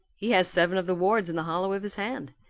he has seven of the wards in the hollow of his hand.